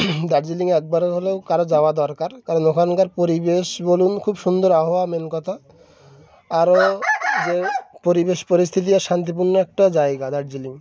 দার্জিলিং একবারে হলেও কারো যাওয়া দরকার কারণ ওখানকার পরিবেশ বলুন খুব সুন্দর আহাওয়া মেন কথা আরও যে পরিবেশ পরিস্থিতি আর শান্তিপূর্ণ একটা জায়গা দার্জিলিং